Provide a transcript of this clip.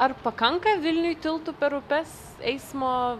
ar pakanka vilniuj tiltu per upes eismo